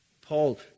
Paul